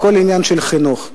הכול עניין של חינוך,